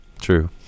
True